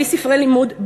בלי ספרי לימוד,